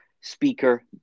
speaker